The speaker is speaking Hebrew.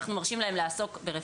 אנחנו מרשים להם לעסוק ברפואה.